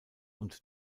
und